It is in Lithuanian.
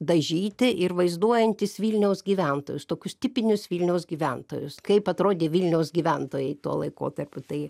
dažyti ir vaizduojantys vilniaus gyventojus tokius tipinius vilniaus gyventojus kaip atrodė vilniaus gyventojai tuo laikotarpiu tai